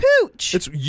pooch